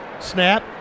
Snap